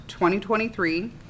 2023